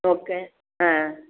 okay ஆ